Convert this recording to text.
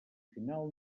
final